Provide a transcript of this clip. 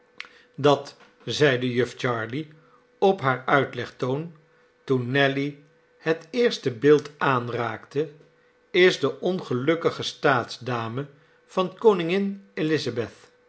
dat zeide jufvrouw jarley op haar uitlegtoon toen nelly het eerste beeld aanraakte is de ongelukkige staatsdame van koningin elisabeth